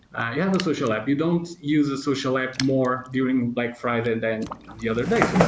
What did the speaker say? a and social app. you don't use a social app more during black friday than the other days.